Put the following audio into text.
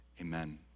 Amen